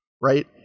right